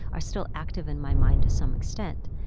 are still active in my mind to some extent,